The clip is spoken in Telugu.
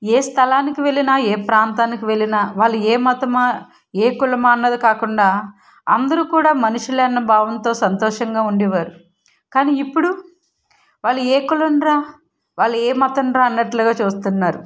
ఏ స్థలానికి వెళ్ళినా ఏ ప్రాంతానికి వెళ్ళినా వాళ్ళు ఏ మతమా ఏ కులమా అన్నది కాకుండా అందరు కూడా మనుషులు అన్న భావంతో సంతోషంగా ఉండేవారు కానీ ఇప్పుడు వాళ్ళు ఏ కులంరా వాళ్ళు ఏ మతంరా అన్నట్టుగా చూస్తున్నారు